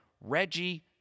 Reggie